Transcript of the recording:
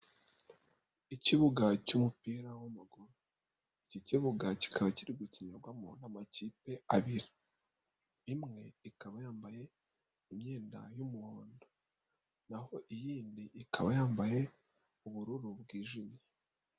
Ikibuga cy'umupira w'amaguru. Iki kibuga kikaba kiri gukinirwamo n'amakipe abiri. Imwe ikaba yambaye imyenda y'umuhondo. Naho iyindi ikaba yambaye ubururu bwijimye.